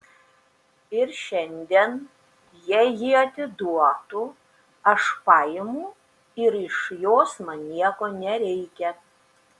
ir šiandien jei ji atiduotų aš paimu ir iš jos man nieko nereikia